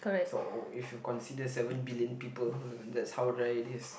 so if you consider seven billion people and that's how rare it is